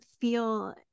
feel